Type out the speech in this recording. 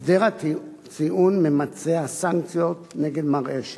הסדר הטיעון ממצה את הסנקציות נגד מר אשל.